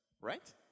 right